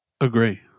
Agree